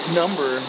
number